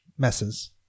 messes